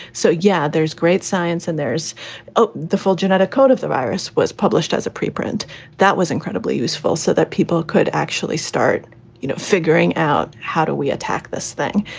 so, yeah, there's great science. and there's the full genetic code of the virus was published as a preprint that was incredibly useful so that people could actually start you know figuring out how do we attack this thing.